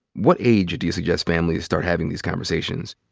what age do you suggest families start having these conversations?